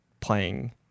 playing